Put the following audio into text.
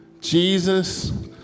Jesus